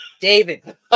David